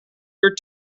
your